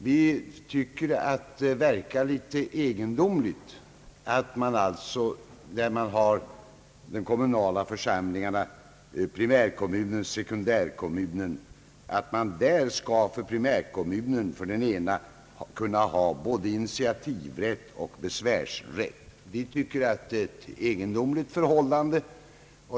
Vi tycker att det verkar litet egendomligt att man när det gäller de kommunala församlingarna — primärkommun och sekundärkommun — för endast primärkommunen skall införa både initiativrätt och besvärsrätt.